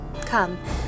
come